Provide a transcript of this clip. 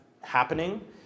happening